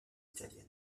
italienne